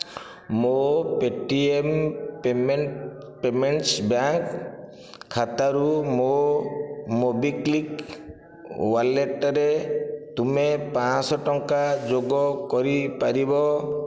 ମୋ Paytm payment payments bank ଖାତାରୁ ମୋ ମୋବିକ୍ଲିକ୍ ୱାଲେଟରେ ତୁମେ ପାଞ୍ଚଶହ ଟଙ୍କା ଯୋଗ କରିପାରିବ